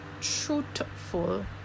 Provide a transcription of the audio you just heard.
truthful